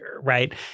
right